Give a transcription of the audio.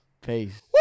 Peace